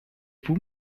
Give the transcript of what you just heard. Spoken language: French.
vous